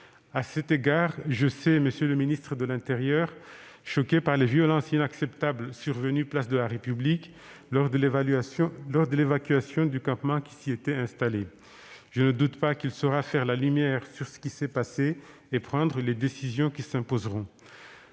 À cet égard, je sais M. le ministre de l'intérieur choqué par les violences inacceptables survenues place de la République lors de l'évacuation du campement qui s'y était installé. Je ne doute pas qu'il saura faire la lumière sur ce qui s'est passé et prendre les décisions qui s'imposent.